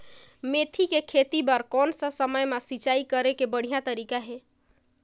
मेथी के खेती बार कोन सा समय मां सिंचाई करे के बढ़िया तारीक हे?